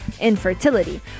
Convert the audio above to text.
infertility